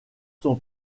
son